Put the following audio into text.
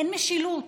אין משילות.